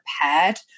prepared